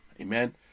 Amen